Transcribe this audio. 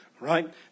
right